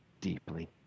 deeply